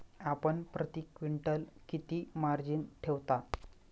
आपण प्रती क्विंटल किती मार्जिन ठेवता?